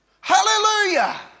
Hallelujah